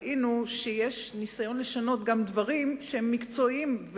ראינו שיש ניסיון לשנות גם דברים שהם מקצועיים,